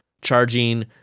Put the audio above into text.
charging